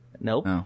Nope